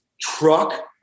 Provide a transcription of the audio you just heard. truck